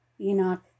Enoch